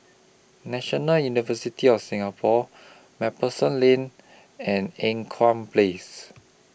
National University of Singapore MacPherson Lane and Ean Kiam Place